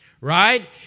right